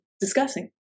discussing